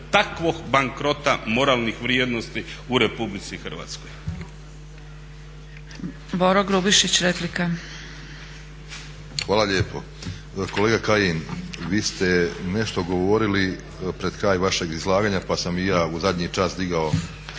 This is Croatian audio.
takvog bankrota moralnih vrijednosti u Republici Hrvatskoj.